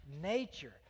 nature